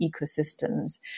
ecosystems